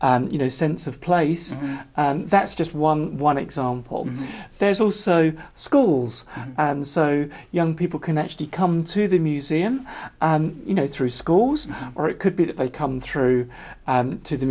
you know sense of place that's just one one example there's also schools and so young people can actually come to the museum you know through schools or it could be they come through to the